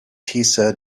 tisa